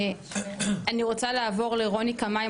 אני רוצה לעבור לרוני קמאי,